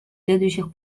следующих